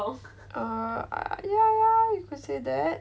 err ya ya you could say that